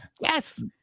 Yes